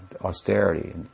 austerity